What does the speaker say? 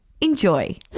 Enjoy